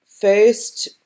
first